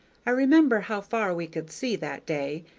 i remember how far we could see, that day,